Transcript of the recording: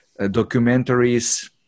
documentaries